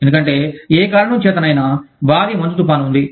ఎందుకంటే ఏ కారణం చేతనైనా భారీ మంచు తుఫాను ఉంది